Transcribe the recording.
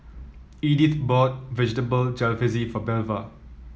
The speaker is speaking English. Edith bought Vegetable Jalfrezi for Belva